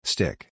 Stick